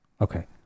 Okay